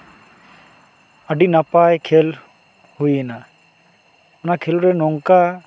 ᱟᱹᱰᱤ ᱱᱟᱯᱟᱭ ᱠᱷᱮᱹᱞ ᱦᱩᱭ ᱮᱱᱟ ᱚᱱᱟ ᱠᱷᱮᱹᱞᱳᱰ ᱨᱮ ᱱᱚᱝᱠᱟ